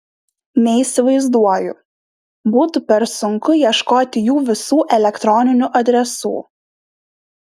neįsivaizduoju būtų per sunku ieškoti jų visų elektroninių adresų